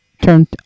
turned